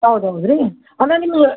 ಹೌದು ಹೌದು ರೀ ಅಂದ್ರೆ ನಿಮ್ಗೆ